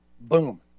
boom